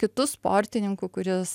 kitu sportininku kuris